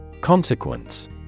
Consequence